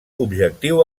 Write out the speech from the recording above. objectiu